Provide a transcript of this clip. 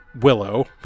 Willow